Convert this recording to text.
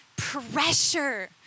Pressure